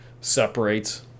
separates